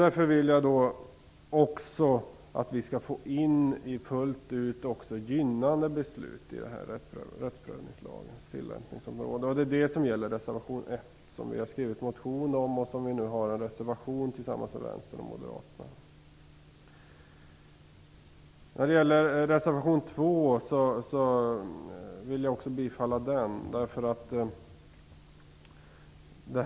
Därför vill jag att vi skall få in också gynnande beslut fullt ut i rättsprövningslagens tillämpningsområde. Det är det som reservation 1 gäller. Vi har skrivit en motion om det, och vi har nu reservationen tillsammans med Vänsterpartiet och Moderaterna. Jag vill också yrka bifall till reservation 2.